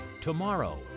tomorrow